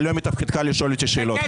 אבל לא מתפקידך לשאול אותי שאלות.